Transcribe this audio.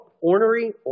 ornery